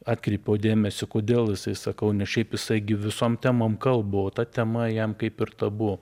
atkreipiau dėmesį kodėl jisai sakau nes šiaip jisai gi visom temom kalba o ta tema jam kaip ir tabu